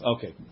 Okay